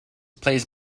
plays